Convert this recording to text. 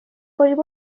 কৰিব